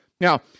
Now